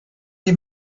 die